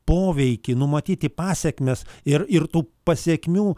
poveikį numatyti pasekmes ir ir tų pasekmių